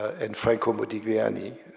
and franco modigliani,